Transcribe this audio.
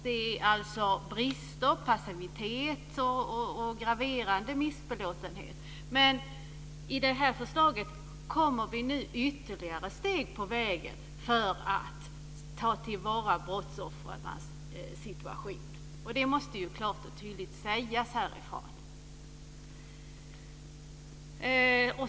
Det är alltså brister, passivitet och graverande missbelåtenhet. I och med det här förslaget kommer vi nu ytterligare steg på vägen för att ta till vara brottsoffrens situation. Det måste klart och tydligt sägas härifrån.